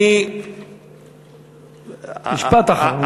משפט אחרון.